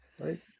Right